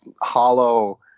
hollow